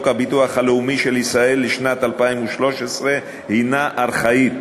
הביטוח הלאומי של ישראל לשנת 2013 היא ארכאית.